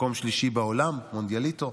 מקום שלישי בעולם במונדיאליטו,